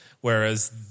whereas